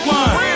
one